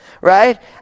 Right